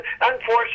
unfortunately